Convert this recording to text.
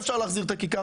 מחר אפשר להחזיר את הכיכר,